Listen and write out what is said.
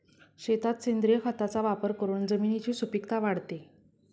शेतात सेंद्रिय खताचा वापर करून जमिनीची सुपीकता वाढते